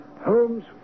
Holmes